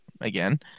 again